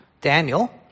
Daniel